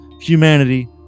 humanity